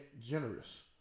generous